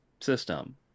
system